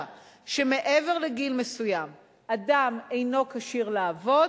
שמעבר לגיל מסוים אדם אינו כשיר לעבוד,